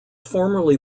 formerly